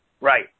Right